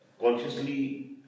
Consciously